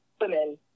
women